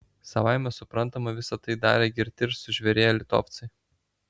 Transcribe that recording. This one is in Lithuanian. savaime suprantama visa tai darė girti ir sužvėrėję litovcai